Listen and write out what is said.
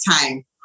time